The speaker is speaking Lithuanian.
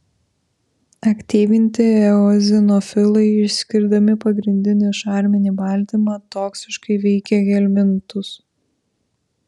aktyvinti eozinofilai išskirdami pagrindinį šarminį baltymą toksiškai veikia helmintus